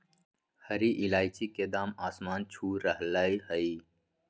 हरी इलायची के दाम आसमान छू रहलय हई